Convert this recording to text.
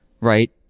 right